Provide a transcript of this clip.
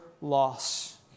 loss